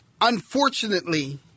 unfortunately